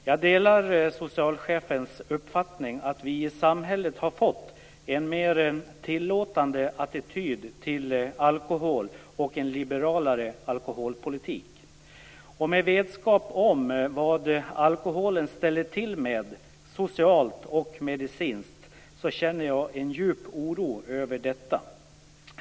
Jag delar socialchefens uppfattning att vi i samhället har fått en mer tillåtande attityd till alkohol och en liberalare alkoholpolitik. Med vetskap om vad alkoholen ställer till med, socialt och medicinskt, känner jag djup oro över detta.